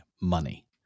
money